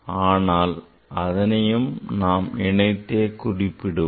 ஆனால் அதனையும் நாம் இணைத்தே குறிப்பிடுவோம்